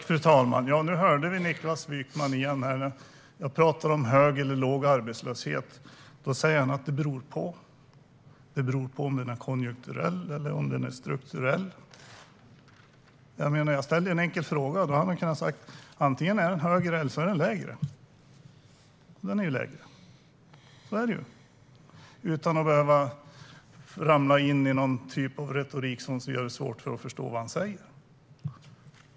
Fru talman! Jag talade om hög eller låg arbetslöshet, och vi fick nu höra Niklas Wykman säga att det beror på om arbetslösheten är strukturell eller konjunkturell. Jag ställde en enkel fråga om arbetslösheten, och Niklas Wykman hade kunnat säga att den antingen är högre eller lägre - den är ju lägre, så är det - utan att behöva ramla in i någon typ av retorik som gör det svårt att förstå vad han säger.